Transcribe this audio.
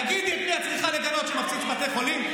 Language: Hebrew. תגידי את מי את צריכה לגנות שמפציץ בתי חולים?